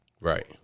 Right